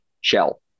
Shell